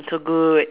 so good